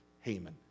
Haman